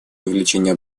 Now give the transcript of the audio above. увеличения